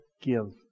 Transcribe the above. give